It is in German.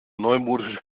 neumodische